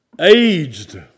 aged